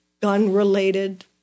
gun-related